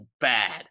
bad